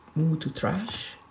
move to trash?